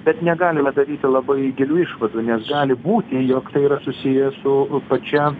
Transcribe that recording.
bet negalime daryti labai gilių išvadų nes gali būti jog tai yra susiję su pačia